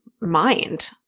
mind